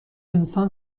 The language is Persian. انسان